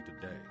today